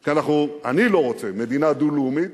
כי אני לא רוצה מדינה דו-לאומית,